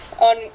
on